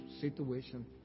situation